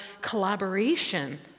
collaboration